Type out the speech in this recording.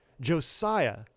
Josiah